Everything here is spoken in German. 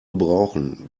gebrauchen